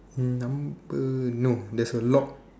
number no there's a lock